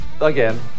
again